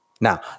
Now